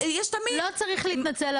לא צריך להתנצל,